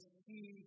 see